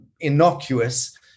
innocuous